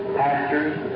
pastors